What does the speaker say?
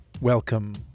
welcome